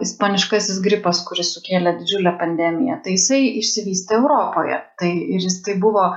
ispaniškasis gripas kuris sukėlė didžiulę pandemiją tai jisai išsivystė europoje tai ir jis tai buvo